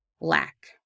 lack